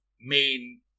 main